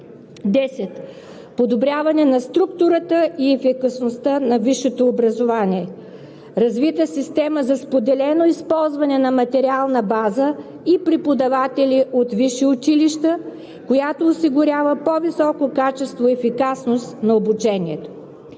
10. Подобряване на структурата и ефикасността на висшето образование. Развита система за споделено използване на материална база и преподаватели от висши училища, която осигурява по-високо качество и ефикасност на обучението.